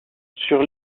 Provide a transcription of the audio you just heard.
sur